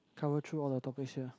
cover through all the topics here